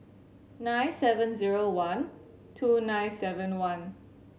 nine seven zero one two nine seven one